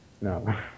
No